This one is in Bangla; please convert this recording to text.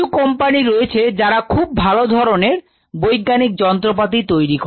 কিছু কোম্পানি রয়েছে যারা খুব ভালো ধরণের বৈজ্ঞানিক যন্ত্রপাতি তৈরি করে